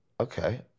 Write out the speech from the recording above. Okay